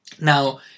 Now